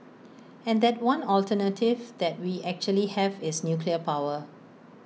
and that one alternative that we actually have is nuclear power